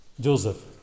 Joseph